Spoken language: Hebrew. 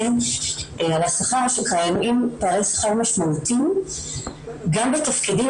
על השכר שקיימים פערי שכר משמעותיים גם בתפקידים